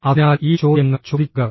അതിനാൽ ഈ ചോദ്യങ്ങൾ ചോദിക്കുക